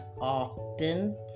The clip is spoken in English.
often